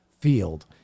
field